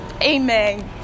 amen